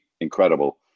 incredible